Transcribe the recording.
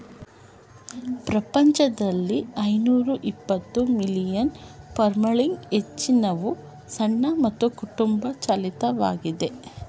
ಪ್ರಪಂಚದಲ್ಲಿ ಐನೂರಎಪ್ಪತ್ತು ಮಿಲಿಯನ್ ಫಾರ್ಮ್ಗಳಿವೆ ಹೆಚ್ಚಿನವು ಸಣ್ಣ ಮತ್ತು ಕುಟುಂಬ ಚಾಲಿತವಾಗಿದೆ